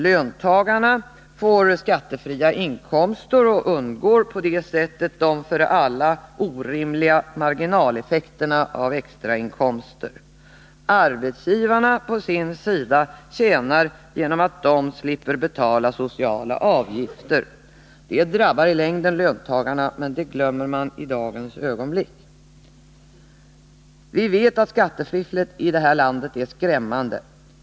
Löntagarna får skattefria inkomster och undgår på det sättet de för alla orimliga marginaleffekterna av extrainkomster. Arbetsgivarna å sin sida tjänar på det hela genom att de slipper betala sociala avgifter. Det drabbar i längden löntagarna, men det glömmer man för ögonblicket. Vi vet att skattefifflet i det här landet är skrämmande.